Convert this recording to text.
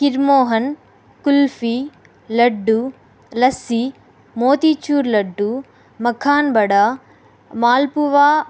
కిర్మోహన్ కుల్ఫీ లడ్డు లస్సీ మోతచూర్ లడ్డు మఖాన్ వడ మాల్పువ